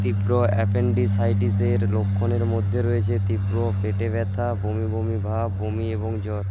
তীব্র অ্যাপেন্ডিসাইটিসের লক্ষণের মধ্যে রয়েছে তীব্র পেটে ব্যথা বমি বমি ভাব বমি এবং জ্বর